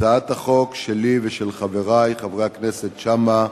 הצעת החוק שלי ושל חברי, חבר הכנסת שאמה,